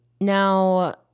now